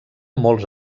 molts